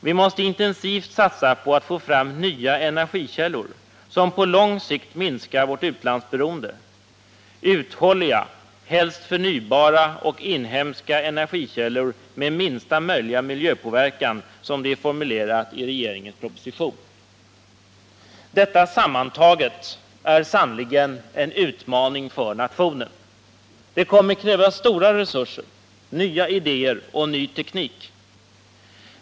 Vi måste intensivt satsa på att få fram nya energikällor som på lång sikt minskar vårt utlandsberoende: uthålliga, helst förnybara och inhemska energikällor med minsta möjliga miljöpåverkan, som det är formulerat i regeringens proposition. Detta sammantaget är sannerligen en utmaning för nationen. Det kommer att kräva stora resurser, nya idéer och ny teknik.